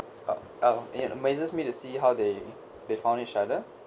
uh oh it amazes me to see how they they found each other